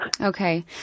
Okay